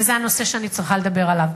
וזה הנושא שאני צריכה לדבר עליו.